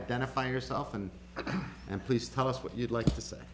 identify yourself and and please tell us what you'd like to say